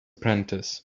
apprentice